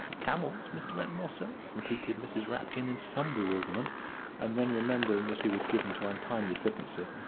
camels, mr. ventimore, sir? repeated mrs. rapkin, in some bewilderment and then, remembering that he was given to untimely flippancy,